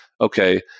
okay